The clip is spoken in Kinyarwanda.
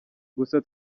gusa